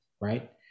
Right